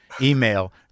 email